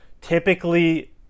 typically